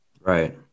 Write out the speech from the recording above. Right